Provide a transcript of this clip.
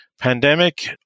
pandemic